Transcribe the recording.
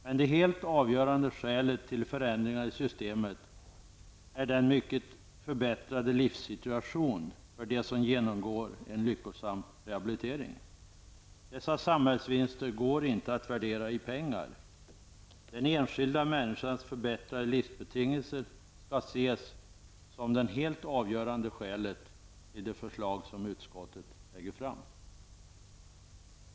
Men det helt avgörande skälet till förändringar i systemet är den avsevärt förbättrade livssituationen för dem som genomgår en lyckosam rehabilitering. Dessa samhällsvinster går inte att värdera i pengar. Den enskilda människans förbättrade livsbetingelser skall ses som det helt avgörande skälet till de förslag som utskottet lägger fram.